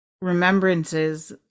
remembrances